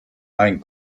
ein